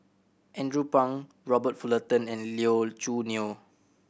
Andrew Phang Robert Fullerton and Lee Choo Neo